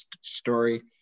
story